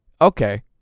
Okay